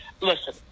Listen